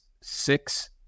six